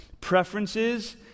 preferences